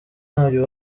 ntabyo